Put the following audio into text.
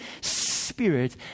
Spirit